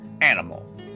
animal